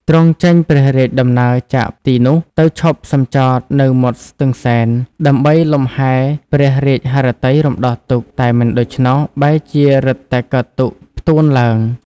ទ្រង់ចេញព្រះរាជដំណើរចាកទីនោះ ទៅឈប់សុំចតនៅមាត់ស្ទឹងសែន ដើម្បីលំហែលព្រះរាជហឫទ័យរំដោះទុក្ខ តែមិនដូច្នោះ បែរជារឹតតែកើតទុក្ខផ្ទួនឡើង ។